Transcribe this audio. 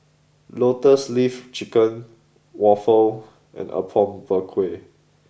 Lotus leaf chicken Waffle and Apom Berkuah